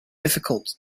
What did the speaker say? difficult